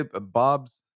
Bob's